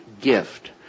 gift